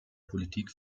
politik